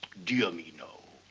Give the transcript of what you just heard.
dear me, no.